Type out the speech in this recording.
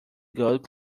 gold